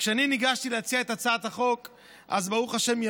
כשניגשתי להציע את הצעת החוק ברוך השם היא